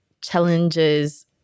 challenges